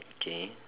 okay